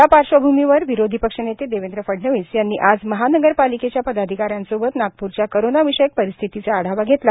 या पार्श्वभूमीवर विरोधीपक्ष नेते देवेंद्र फडणवीस यांनी आज महानगर पालिकेच्या पदाधिकाऱ्यांसोबत नागप्रच्या कोरोना विषयक परिस्थितीचा आढावा घेतला